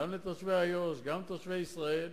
גם לתושבי איו"ש, גם לתושבי ישראל,